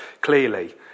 clearly